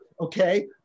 Okay